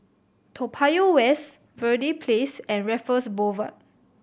Toa Payoh West Verde Place and Raffles Boulevard